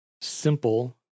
simple